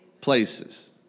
places